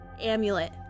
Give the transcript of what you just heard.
amulet